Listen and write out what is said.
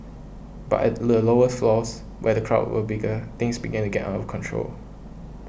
but at the lower floors where the crowds were bigger things began to get out of control